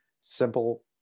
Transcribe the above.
simple